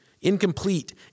incomplete